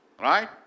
Right